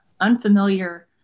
unfamiliar